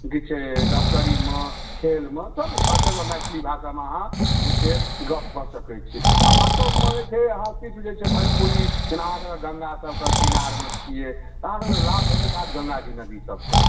कथी छै डॉक्टरीमे खेलमे सभ हर जगह मैथिली भाषामे अहाँ जे छियै गप कऽ सकैत छी अहाँ सभमे जे अहाँ कि बुझैत छियै भोजपुरी जेना अहाँ सभकऽ गङ्गा सभकऽ किनारमे छियै तऽ अहाँ सभकऽ लाभ भेटैत होयत गङ्गा जी नदी सभकऽ